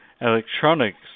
electronics